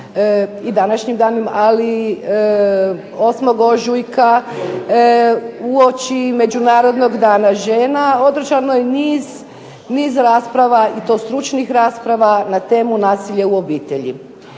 i današnjim danom, ali 8. ožujka uoči Međunarodnog Dana žena održano je niz rasprava, i to stručnih rasprava, na temu nasilje u obitelji.